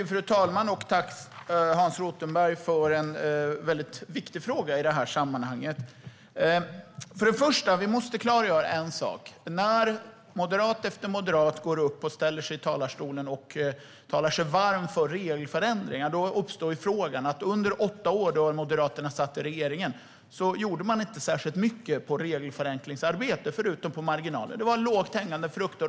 Fru talman! Tack för en väldigt viktig fråga i det här sammanhanget, Hans Rothenberg! Först och främst måste vi klargöra en sak. När moderat efter moderat ställer sig i talarstolen och talar sig varm för regelförändringar uppstår ju frågan varför Moderaterna under de åtta år de satt i regeringen inte gjorde särskilt mycket när det gäller regelförenklingsarbetet, förutom på marginalen. Det var lågt hängande frukter.